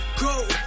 Go